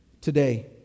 today